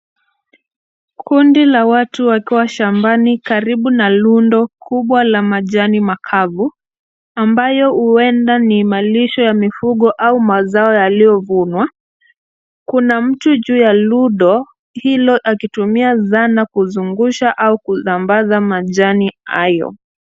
Kundi la watu wakiwa shambani karibu na rundo kubwa la majani makavu, ambayo huenda ni malisho ya mifugo au mazao yaliyovunwa. Kuna mtu juu ya rundo hilo akitumia zana kuzungusha au kusambaza majani hayo.